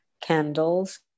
candles